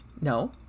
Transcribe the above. No